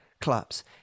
clubs